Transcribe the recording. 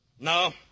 No